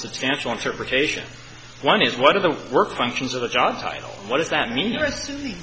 substantial interpretation one is one of the work functions of the job title what does that mean